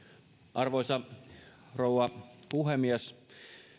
arvoisa rouva puhemies